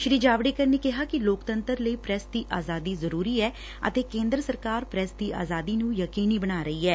ਸ੍ਰੀ ਜਾਵੜੇਕਰ ਨੇ ਕਿਹਾ ਕਿ ਲੋਕਤੰਤਰ ਲਈ ਪ੍ਰੈਸ ਦੀ ਆਜਾਦੀ ਜ਼ਰੁਰੀ ਐ ਅਤੇ ਕੇ ਦਰ ਸਰਕਾਰ ਪ੍ਰੈਸ ਦੀ ਆਜਾਦੀ ਨੂੰ ਯਕੀਨੀ ਬਣਾ ਰਹੀ ਐ